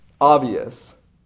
obvious